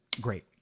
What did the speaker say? Great